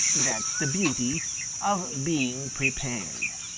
that's the beauty of being prepared.